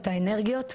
את האנרגיות,